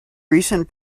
recent